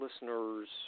listeners